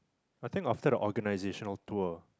I think I'd set the organization all tour